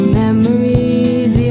memories